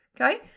Okay